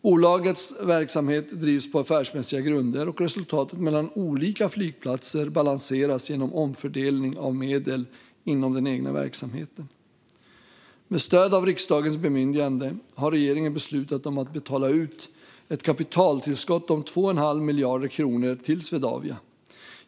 Bolagets verksamhet drivs på affärsmässiga grunder, och resultatet mellan olika flygplatser balanseras genom omfördelning av medel inom den egna verksamheten. Med stöd av riksdagens bemyndigande har regeringen beslutat om att betala ut ett kapitaltillskott om 2,5 miljarder kronor till Swedavia.